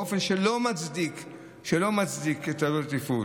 באופן שלא מצדיק את עלות התפעול,